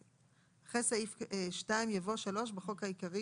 אחרי סעיף 2 יבוא: בחוק העיקרי